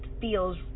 feels